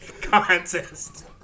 Contest